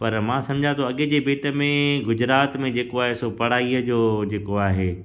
पर मां सम्झां थो अॼु जे भेट में गुजरात में जेको आहे सो पढ़ाईअ जो जेको आहे